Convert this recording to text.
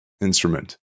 instrument